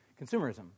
Consumerism